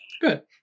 Good